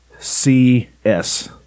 C-S